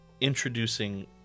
introducing